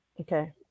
okay